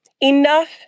Enough